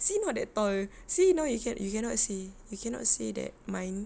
see not that tall see now you can you cannot see you cannot say that mine